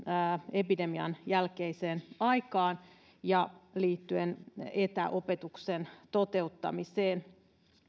epidemian jälkeiseen aikaan ja liittyen etäopetuksen toteuttamiseen